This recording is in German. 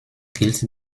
gilt